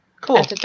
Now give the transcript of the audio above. Cool